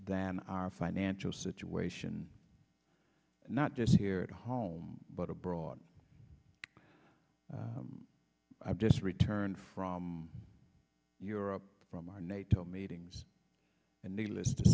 than our financial situation not just here at home but abroad i've just returned from europe from our nato meetings and needless to